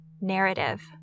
narrative